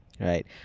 Right